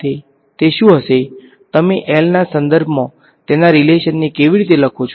તે શું હશે તમે L ના સંદર્ભમાં તેના રીલેશનને કેવી રીતે લખો છો